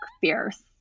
fierce